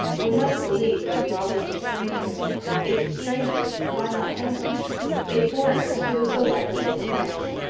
we must believe that the robbers were strangers if strangers, why not foreigners if foreigners, who so likely as the french?